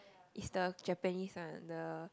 is the Japanese one the